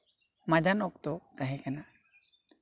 ᱢᱟᱡᱟᱱ ᱚᱠᱛᱚ ᱛᱟᱦᱮᱸ ᱠᱟᱱᱟ